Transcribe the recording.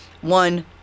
one